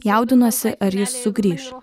jaudinuosi ar jis sugrįš